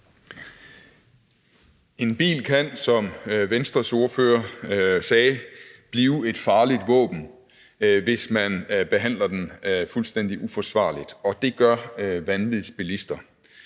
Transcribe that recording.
En bil kan, som Venstres ordfører sagde, blive et farligt våben, hvis man behandler den fuldstændig uforsvarligt, og det gør vanvidsbilister.